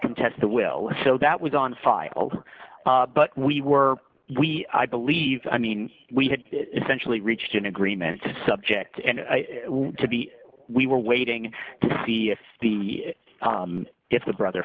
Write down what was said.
contest the will so that was on file but we were we i believe i mean we had essentially reached an agreement subject and to be we were waiting to see if the if the brother